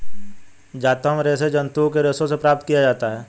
जांतव रेशे जंतुओं के रेशों से प्राप्त किया जाता है